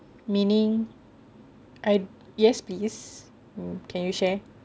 meaning yes please can you share